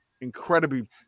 incredibly